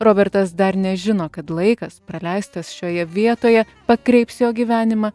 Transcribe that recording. robertas dar nežino kad laikas praleistas šioje vietoje pakreips jo gyvenimą